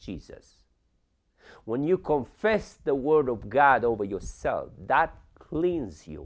jesus when you confess the word of god over yourselves that cleans